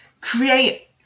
create